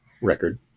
record